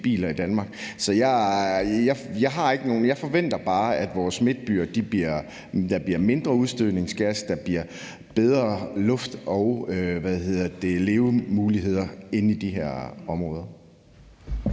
biler i Danmark. Så jeg forventer bare, at der i vores midtbyer bliver mindre udstødningsgas, og at der bliver bedre luft og levemuligheder inde i de her områder.